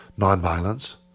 nonviolence